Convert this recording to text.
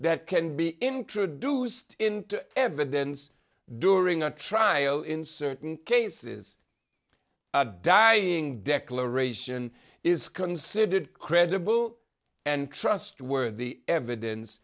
that can be introduced into evidence during a trial in certain cases a dying declaration is considered credible and trustworthy evidence